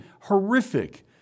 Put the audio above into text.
horrific